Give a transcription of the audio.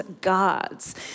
gods